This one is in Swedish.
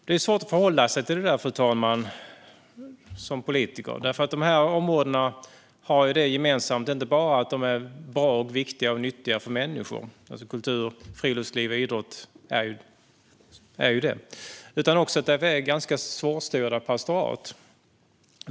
Det är svårt att förhålla sig till detta som politiker, fru talman. Dessa områden har gemensamt inte bara att de är bra, viktiga och nyttiga för människor - kultur, friluftsliv och idrott är ju det - utan också att de är ganska svårstyrda pastorat.